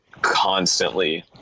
constantly